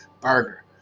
burger